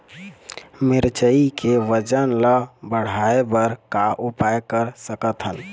मिरचई के वजन ला बढ़ाएं बर का उपाय कर सकथन?